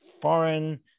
foreign